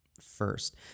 first